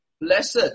blessed